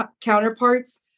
counterparts